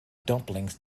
dumplings